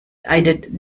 einen